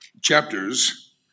chapters